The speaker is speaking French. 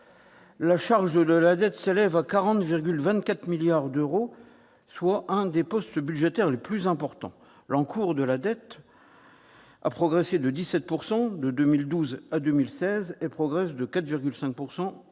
la charge de la dette s'élève à 40,24 milliards d'euros, soit l'un des postes budgétaires les plus importants. L'encours de la dette a progressé de 17 % de 2012 à 2016 et progresse de 4,5